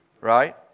Right